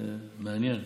זה מעניין.